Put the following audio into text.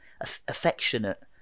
affectionate